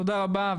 תודה רבה,